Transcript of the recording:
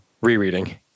rereading